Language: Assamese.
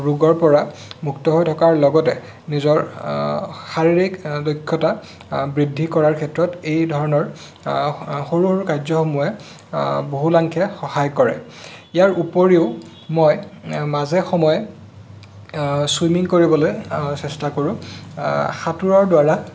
ৰোগৰ পৰা মুক্ত হৈ থকাৰ লগতে নিজৰ শাৰীৰিক দক্ষতা বৃদ্ধি কৰাৰ ক্ষেত্ৰত এই ধৰণৰ সৰু সৰু কাৰ্যসমূহে বহুলাংখে সহায় কৰে ইয়াৰ উপৰিও মই মাজে সময়ে চুইমিং কৰিবলৈ চেষ্টা কৰোঁ সাঁতোৰৰ দ্বাৰা